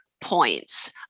points